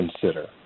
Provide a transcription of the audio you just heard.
consider